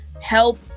help